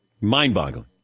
Mind-boggling